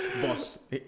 Boss